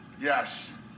Yes